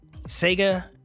Sega